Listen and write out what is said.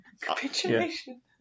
capitulation